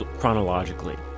chronologically